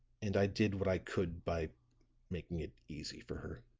and i did what i could by making it easy for her.